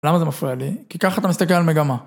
למה זה מפריע לי? כי ככה אתה מסתכל על מגמה.